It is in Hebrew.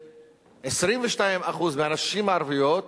ש-22% מהנשים הערביות